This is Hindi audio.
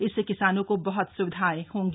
इससे किसानों को बहत स्विधा होगी